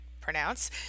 pronounce